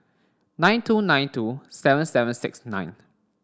nine two nine two seven seven six nine